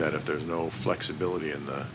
that if there's no flexibility in th